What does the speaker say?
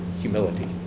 humility